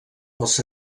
pels